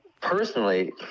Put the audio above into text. personally